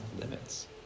limits